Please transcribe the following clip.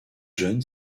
jeunes